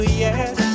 yes